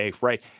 right